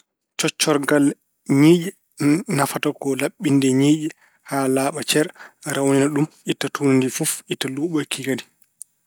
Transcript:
Coccorgal ñiiƴe nafata ko laɓɓinde ñiiƴe haa laaɓa cer, rawnina ɗum, itta tuundi ndi fof, itta luuɓeeki ki kadi.